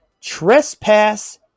trespass